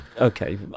okay